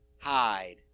hide